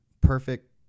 perfect